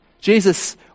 Jesus